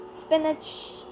spinach